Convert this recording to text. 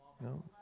No